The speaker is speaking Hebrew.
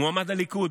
מועמד הליכוד,